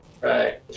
right